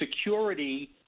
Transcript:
security